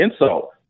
insult